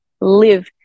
live